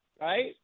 right